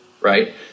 right